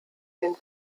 den